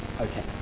okay